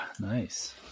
nice